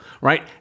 right